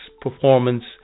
performance